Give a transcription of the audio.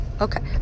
Okay